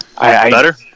better